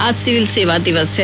आज सिविल सेवा दिवस है